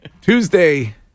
Tuesday